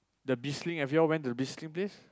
the